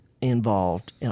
involved